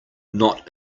not